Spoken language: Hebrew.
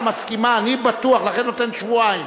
לכן נותן שבועיים.